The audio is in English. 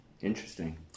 Interesting